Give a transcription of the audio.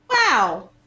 Wow